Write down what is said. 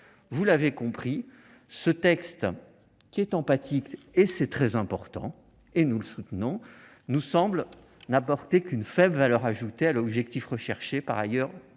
Vous l'avez compris, ce texte empathique- c'est très important, et nous le soutenons -, nous semble n'apporter qu'une faible valeur ajoutée à l'objectif, par ailleurs légitime,